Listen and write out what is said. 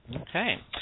Okay